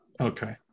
Okay